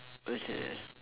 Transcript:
okay